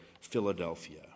Philadelphia